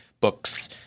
books